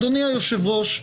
אדוני היושב-ראש,